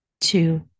two